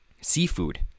seafood